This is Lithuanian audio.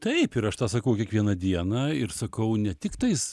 taip ir aš tą sakau kiekvieną dieną ir sakau ne tiktais